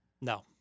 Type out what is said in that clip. No